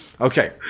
Okay